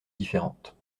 différentes